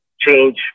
change